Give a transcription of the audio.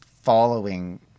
following